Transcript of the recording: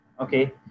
Okay